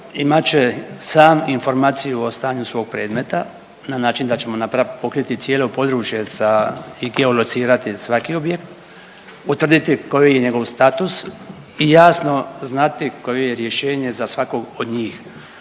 imat će sam informaciju o stanju svog predmeta na način da ćemo pokriti cijelo područje sa, i geolocirati svaki objekt, utvrditi koji je njegov status i jasno znati koje je rješenje za svakog od njih.